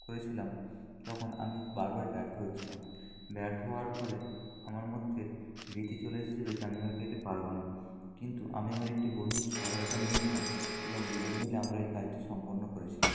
করেছিলাম তখন আমি বারবার ব্যর্থ হয়েছিলাম ব্যর্থ হওয়ার ফলে আমার মধ্যে ভীতি চলে এসেছিলো যে আমি হয়তো এটি পারবো না কিন্তু আমি আমার একটি বন্ধুর সহায়তা নিয়েছিলাম এবং দুজন মিলে আমরা এই কাজটি সম্পন্ন করেছিলাম